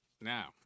Now